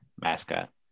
mascot